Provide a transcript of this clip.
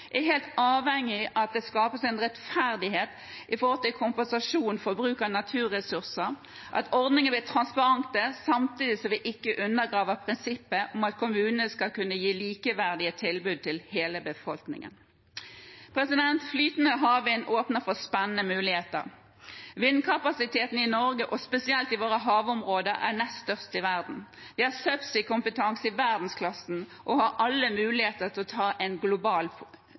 er helt avhengig av at det skapes rettferdighet med hensyn til kompensasjon for bruk av naturressurser, og at ordningene blir transparente samtidig som vi ikke undergraver prinsippet om at kommunene skal kunne gi likeverdige tilbud til hele befolkningen. Flytende havvind åpner for spennende muligheter. Vindkapasiteten i Norge og spesielt i våre havområder er nest størst i verden. Vi har subsea-kompetanse i verdensklasse og har alle muligheter til å ta en global